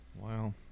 Wow